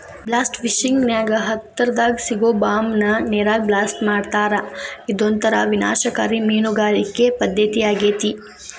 blast fishing ನ್ಯಾಗ ಹತ್ತರದಾಗ ಸಿಗೋ ಬಾಂಬ್ ನ ನೇರಾಗ ಬ್ಲಾಸ್ಟ್ ಮಾಡ್ತಾರಾ ಇದೊಂತರ ವಿನಾಶಕಾರಿ ಮೇನಗಾರಿಕೆ ಪದ್ದತಿಯಾಗೇತಿ